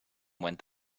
went